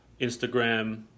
Instagram